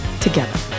together